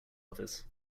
office